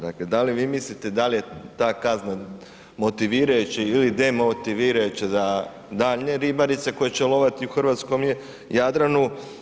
Dakle, da li vi mislite da li je ta kazna motivirajuća ili demotivirajuća za daljnje ribarnice koje će loviti u hrvatskom Jadranu?